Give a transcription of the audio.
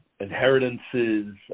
inheritances